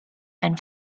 and